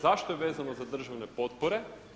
Zašto je vezano za državne potpore?